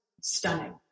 stunning